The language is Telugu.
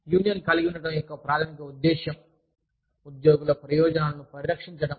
యూనియన్ కలిగి ఉండటం యొక్క ప్రాధమిక ఉద్దేశ్యం ఉద్యోగుల ప్రయోజనాలను పరిరక్షించడం